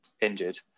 injured